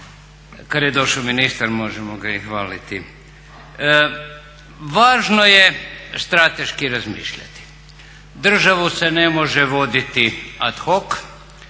Kada je došao ministar možemo ga i hvaliti. Važno je strateški razmišljati, državu se ne može voditi ad hoc,